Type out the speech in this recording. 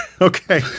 Okay